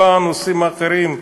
בנושאים אחרים,